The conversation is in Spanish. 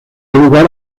lugar